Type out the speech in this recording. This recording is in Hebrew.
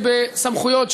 תודה רבה.